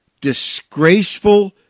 disgraceful